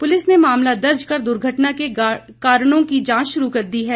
police ने मामला दर्ज कर दुर्घटना के कारणों की जांच शुरू कर दी है